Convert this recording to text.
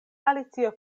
alicio